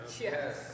yes